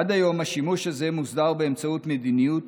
עד היום השימוש הזה מוסדר באמצעות מדיניות